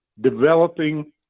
developing